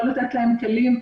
לא לתת להם כלים,